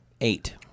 eight